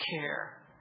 care